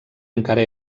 encara